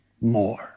more